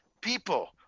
people